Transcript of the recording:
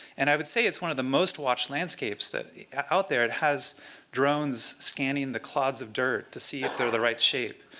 and i would say it's one of the most watched landscapes out there. it has drones scanning the clouds of dirt to see if they're the right shape.